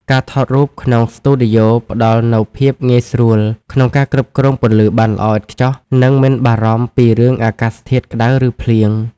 ការថតរូបក្នុងស្ទូឌីយ៉ូផ្ដល់នូវភាពងាយស្រួលក្នុងការគ្រប់គ្រងពន្លឺបានល្អឥតខ្ចោះ និងមិនបារម្ភពីរឿងអាកាសធាតុក្ដៅ ឬភ្លៀង។